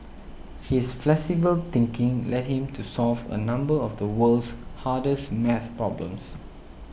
his flexible thinking led him to solve a number of the world's hardest math problems